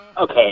Okay